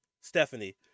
Stephanie